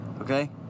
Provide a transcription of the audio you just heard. okay